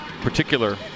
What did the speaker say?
particular